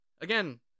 again